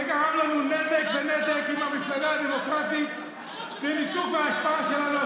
שגרם לנו נזק ונתק עם המפלגה הדמוקרטית וניתוק מההשפעה שלנו על